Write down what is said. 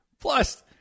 Plus